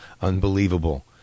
Unbelievable